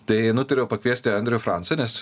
tai nutariau pakviesti andrių francą nes